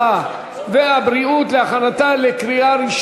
חבר הכנסת חמד עמאר,